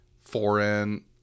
foreign